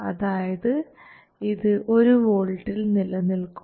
അതായത് ഇത് ഒരു വോൾട്ടിൽ നിലനിൽക്കും